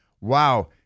Wow